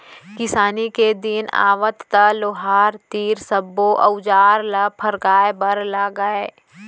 किसानी के दिन आवय त लोहार तीर सब्बो अउजार ल फरगाय बर लागय